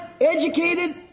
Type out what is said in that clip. educated